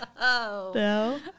No